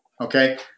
okay